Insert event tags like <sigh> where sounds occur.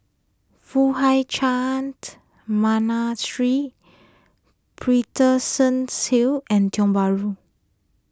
Foo Hai Ch'an <unintelligible> Monastery Paterson Hill and Tiong Bahru